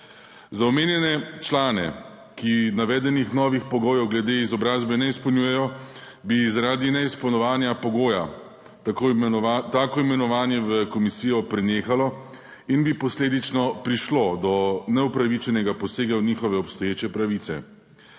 Za omenjene člane, ki navedenih novih pogojev glede izobrazbe ne izpolnjujejo, bi zaradi neizpolnjevanja pogoja tako imenovanje v komisijo prenehalo in bi posledično prišlo do neupravičenega posega v njihove obstoječe pravice.